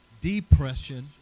depression